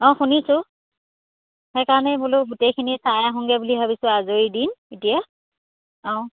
অঁ শুনিছোঁ সেইকাৰণে বোলো গোটেইখিনি চাই আহোঁগৈ বুলি ভাবিছোঁ আজৰি দিন এতিয়া অঁ